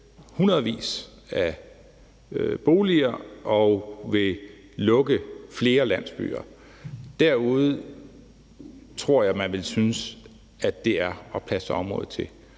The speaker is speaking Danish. hundredvis af boliger og vil lukke flere landsbyer. Derude tror jeg man vil synes, at det er at plastre området til.